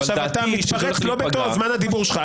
אבל דעתי היא שזה פגיעה --- אתה מתפרץ לא בתוך זמן הדיבור שלך.